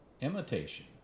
Imitation